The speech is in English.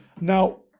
Now